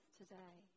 today